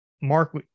mark